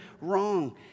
wrong